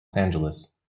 angeles